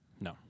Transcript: No